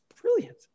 brilliant